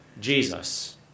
Jesus